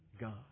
God